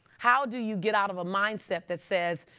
how do you get out of a mindset that says,